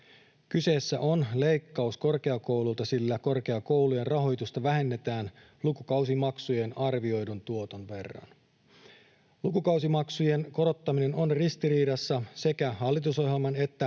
Kyseessä on leikkaus korkeakouluilta, sillä korkeakoulujen rahoitusta vähennetään lukukausimaksujen arvioidun tuoton verran. Lukukausimaksujen korottaminen on ristiriidassa sekä hallitusohjelman että